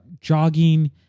jogging